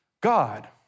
God